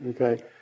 okay